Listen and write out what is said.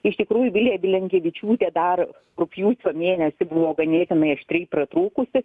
iš tikrųjų vilija blinkevičiūtė dar rugpjūčio mėnesį buvo ganėtinai aštriai pratrūkusi